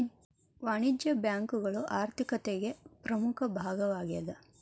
ವಾಣಿಜ್ಯ ಬ್ಯಾಂಕುಗಳು ಆರ್ಥಿಕತಿಗೆ ಪ್ರಮುಖ ಭಾಗವಾಗೇದ